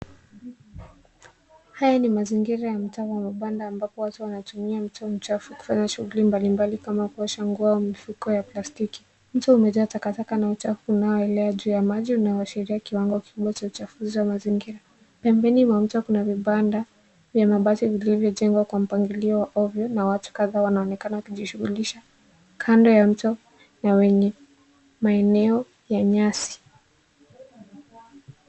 Haya ni mazingira ya mtaa wa mabanda ambapo watu wanatumia mto mchafu kufanya shughuli mbalimbali kama kuosha nguo au mifuko ya plastiki. Mto umejaa takataka na uchafu unaoelea juu ya maji, unaoashiria kiwango kikubwa cha uchafuzi wa mazingira. Pembeni mwa mto kuna vibanda vya mabati vilivyojengwa kwa mpangilio wa ovyo na watu kadhaa wanaonekana kujishughulisha kando ya mto na wenye maeneo ya nyasi.